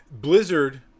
Blizzard